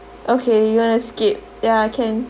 okay you wanna skip ya can